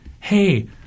hey